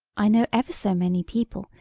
i know ever so many people,